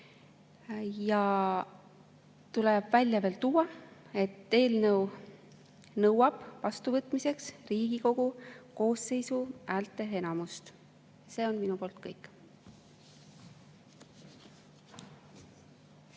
tuleb välja tuua, et eelnõu nõuab vastuvõtmiseks Riigikogu koosseisu häälteenamust. See on minu poolt kõik.